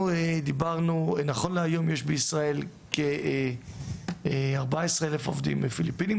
נכון להיום יש בישראל כ 14,000 עובדים פיליפינים,